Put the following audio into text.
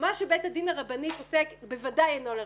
מה שבית הדין הרבני פוסק בוודאי אינו לרוחנו,